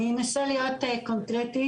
אנסה להיות קונקרטית,